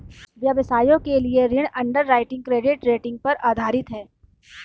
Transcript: व्यवसायों के लिए ऋण अंडरराइटिंग क्रेडिट रेटिंग पर आधारित है